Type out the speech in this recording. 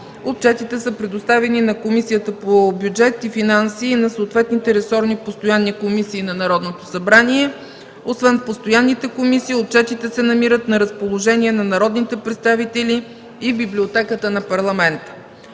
отчетите са предоставени на Комисията по бюджет и финанси и на съответните ресорни постоянни комисии на Народното събрание. Освен в постоянните комисии, отчетите се намират на разположение на народните представители и в Библиотеката на Парламента.